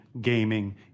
gaming